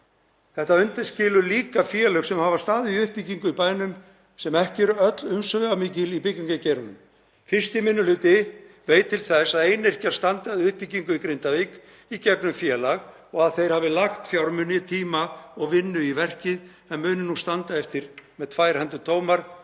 Þetta undanskilur líka félög sem hafa staðið í uppbyggingu í bænum sem ekki eru öll umsvifamikil í byggingargeiranum. 1. minni hluti veit til þess að einyrkjar standi að uppbyggingu í Grindavík í gegnum félag og að þeir hafi lagt bæði fjármuni, tíma og vinnu í verkið en muni nú standa eftir með tvær hendur tómar, verði